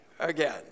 Again